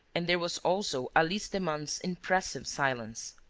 and there was also alice demun's impressive silence.